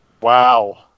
Wow